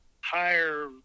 higher